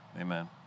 Amen